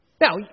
Now